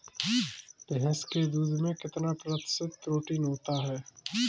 भैंस के दूध में कितना प्रतिशत प्रोटीन होता है?